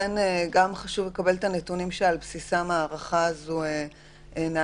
ולכן גם חשוב לקבל את הנתונים שעל בסיסם ההערכה הזאת נעשתה,